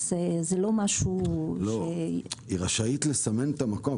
זה לא משהו ש --- לא, היא רשאית לסמן את המקום.